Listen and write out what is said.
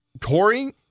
Corey